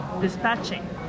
dispatching